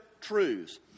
truths